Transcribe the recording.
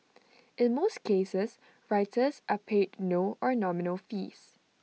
in most cases writers are paid no or nominal fees